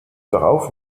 darauf